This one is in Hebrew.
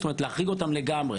זאת אומרת, להחריג אותם לגמרי